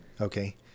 Okay